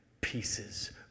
pieces